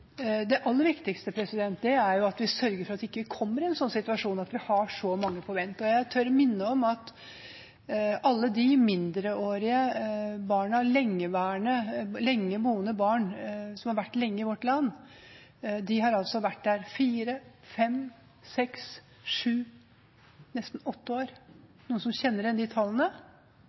Det aller viktigste er at vi sørger for at vi ikke kommer i en sånn situasjon – at vi har så mange på vent. Jeg tør minne om alle de mindreårige, lengeboende barna, de som har vært i vårt land i fire, fem, seks, sju, nesten åtte år – er det noen som kjenner igjen de tallene? Det viktigste er at vi ikke kommer i en sånn situasjon, at noen må være så lenge